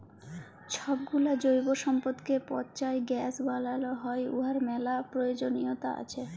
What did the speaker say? ছবগুলা জৈব সম্পদকে পঁচায় গ্যাস বালাল হ্যয় উয়ার ম্যালা পরয়োজলিয়তা আছে